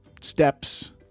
steps